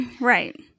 Right